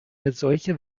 solche